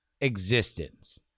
existence